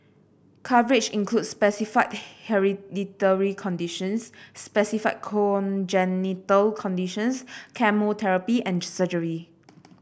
coverage includes specified hereditary conditions specified congenital conditions chemotherapy and surgery